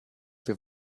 wir